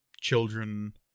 children